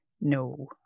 no